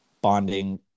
bonding